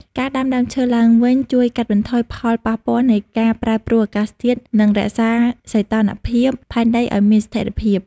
ការដាំដើមឈើឡើងវិញជួយកាត់បន្ថយផលប៉ះពាល់នៃការប្រែប្រួលអាកាសធាតុ និងរក្សាសីតុណ្ហភាពផែនដីឱ្យមានស្ថិរភាព។